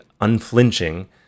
unflinching